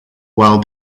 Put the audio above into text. while